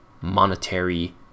monetary